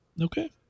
okay